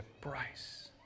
price